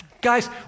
guys